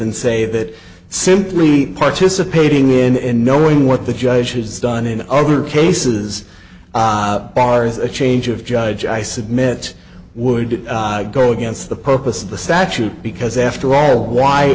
and say that simply participating in knowing what the judge has done in other cases bars a change of judge i submit would go against the purpose of the statute because after all why